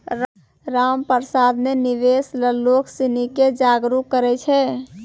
रामप्रसाद ने निवेश ल लोग सिनी के जागरूक करय छै